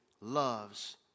loves